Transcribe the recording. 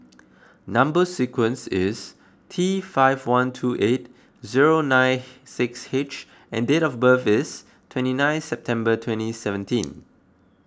Number Sequence is T five one two eight zero nine six H and date of birth is twenty nine September twenty seventeen